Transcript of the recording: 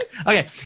Okay